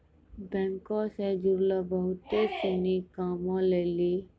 बैंको से जुड़लो बहुते सिनी कामो लेली आई.एफ.एस.सी कोड के जरूरी पड़ै छै